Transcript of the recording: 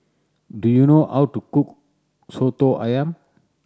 do you know how to cook Soto Ayam